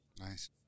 nice